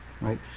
right